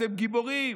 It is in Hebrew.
אתם גיבורים.